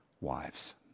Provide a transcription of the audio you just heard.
wives